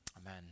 Amen